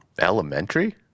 Elementary